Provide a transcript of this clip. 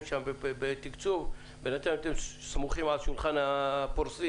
שם בתקצוב אתם סמוכים על שולחן הפורסים.